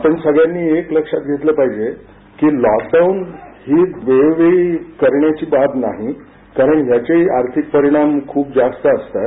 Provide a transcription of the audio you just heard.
आपण सगळ्यांनी एक लक्षात घेतला पाहिजे की लॉकडाऊन हि वेळोवेळी करण्याची बाब नही त्यामुळे याचेही आर्थिक परिणाम जास्त असतात